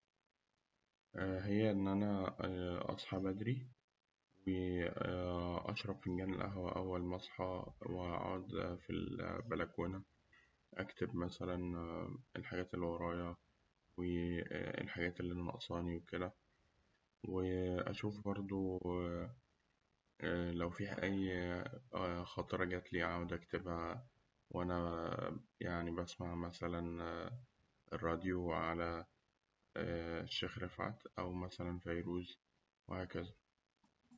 هي إن أنا أصحى بدري أشرب فنجان القهوة أول ما أصحى وأقعد في ال- في البلكونة أكتب مثلاً الحاجات اللي ورايا والحاجات اللي ناقصاني وكده، وأشوف برده لو في أي خاطرة جات لي أقعد وأنا يعني بسمع مثلاً الردايو على الشيخ رفعت أو مثلاً فيروز وهكذا.